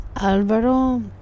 Alvaro